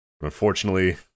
Unfortunately